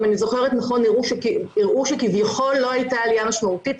הראו שכביכול לא הייתה עליה משמעותית.